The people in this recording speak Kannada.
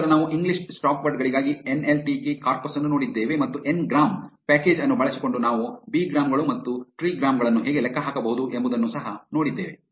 ನಂತರ ನಾವು ಇಂಗ್ಲಿಷ್ ಸ್ಟಾಪ್ವರ್ಡ್ ಗಳಿಗಾಗಿ N L T K corpus ಅನ್ನು ನೋಡಿದ್ದೇವೆ ಮತ್ತು ಎನ್ ಗ್ರಾಂ ಪ್ಯಾಕೇಜ್ ಅನ್ನು ಬಳಸಿಕೊಂಡು ನಾವು ಬಿಗ್ರಾಮ್ ಗಳು ಮತ್ತು ಟ್ರಿಗ್ರಾಮ್ ಗಳನ್ನು ಹೇಗೆ ಲೆಕ್ಕ ಹಾಕಬಹುದು ಎಂಬುದನ್ನು ಸಹ ನೋಡಿದ್ದೇವೆ